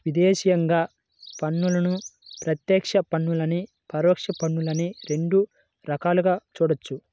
దేశీయంగా పన్నులను ప్రత్యక్ష పన్నులనీ, పరోక్ష పన్నులనీ రెండు రకాలుగా చూడొచ్చు